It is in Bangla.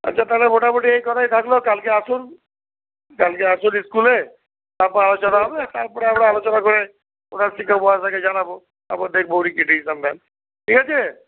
আচ্ছা তাহলে মোটামোটি এই কথাই থাকল কালকে আসুন কালকে আসুন স্কুলে তারপর আলোচনা হবে তারপর আমরা আলোচনা করে প্রধান শিক্ষক মহাশয়কে জানাবো তারপর দেখব উনি কী ডিসিশান নেন ঠিক আছে